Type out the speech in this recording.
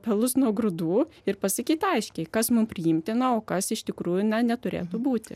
pelus nuo grūdų ir pasakyt aiškiai kas mums priimtina o kas iš tikrųjų na neturi būti